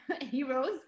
heroes